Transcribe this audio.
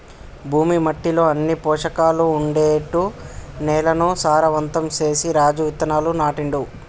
భూమి మట్టిలో అన్ని పోషకాలు ఉండేట్టు నేలను సారవంతం చేసి రాజు విత్తనాలు నాటిండు